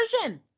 version